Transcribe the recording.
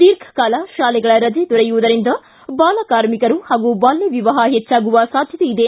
ದೀರ್ಘಕಾಲ ಶಾಲೆಗಳ ರಜೆ ದೊರೆಯುವುದರಿಂದ ಬಾಲಕಾರ್ಮಿಕರು ಮತ್ತು ಬಾಲ್ಕವಿವಾಹ ಹೆಚ್ಚಾಗುವ ಸಾಧ್ಯತೆ ಇದೆ